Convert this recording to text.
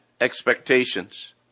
expectations